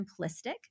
simplistic